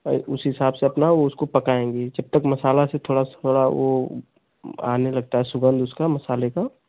उस हिसाब से अपना उसको पकाएंगे जब तक मसाला से थोड़ा सा थोड़ा वह आने लगता है सुगंध उसका मसाले का